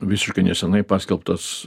visiškai nesenai paskelbtas